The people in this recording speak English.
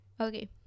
okay